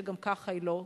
שגם ככה היא לא קלה.